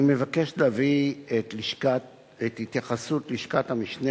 אני מבקש להביא את התייחסות לשכת המשנה